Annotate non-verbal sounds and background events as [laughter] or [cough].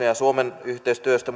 [unintelligible] ja suomen yhteistyöstä [unintelligible]